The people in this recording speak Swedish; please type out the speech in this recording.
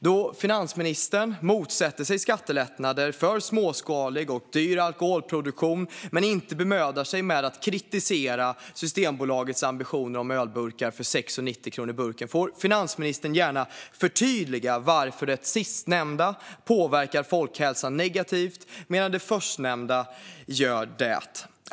Då finansministern motsätter sig skattelättnader för småskalig och dyr alkoholproduktion men inte bemödar sig att kritisera Systembolagets ambitioner om öl för 6,90 kronor burken får finansministern gärna förtydliga varför det förstnämnda påverkar folkhälsan negativt medan det sistnämnda inte gör det.